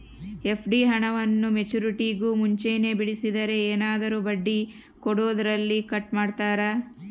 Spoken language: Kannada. ಎಫ್.ಡಿ ಹಣವನ್ನು ಮೆಚ್ಯೂರಿಟಿಗೂ ಮುಂಚೆನೇ ಬಿಡಿಸಿದರೆ ಏನಾದರೂ ಬಡ್ಡಿ ಕೊಡೋದರಲ್ಲಿ ಕಟ್ ಮಾಡ್ತೇರಾ?